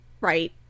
right